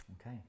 Okay